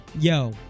Yo